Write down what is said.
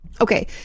okay